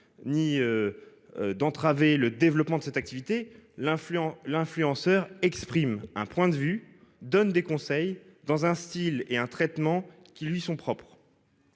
ni. D'entraver le développement de cette activité l'influent l'influenceur exprime un point de vue donne des conseils dans un Style et un traitement qui lui sont propres.